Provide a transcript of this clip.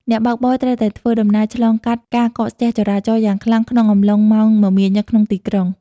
អ្នកបើកបរត្រូវតែធ្វើដំណើរឆ្លងកាត់ការកកស្ទះចរាចរណ៍យ៉ាងខ្លាំងក្នុងអំឡុងម៉ោងមមាញឹកក្នុងទីក្រុង។